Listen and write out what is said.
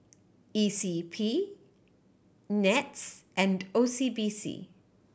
E C P N E T S and O C B C